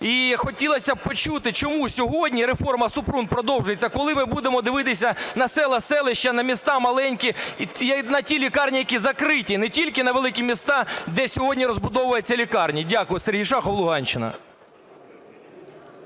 І хотілося б почути, чому сьогодні реформа Супрун продовжується, коли ми будемо дивитися на села, селища, на міста маленькі і на ті лікарні, які закриті, не тільки на великі міста, де сьогодні розбудовуються лікарні. Дякую, Сергій Шахов, Луганщина.